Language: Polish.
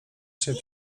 się